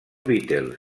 beatles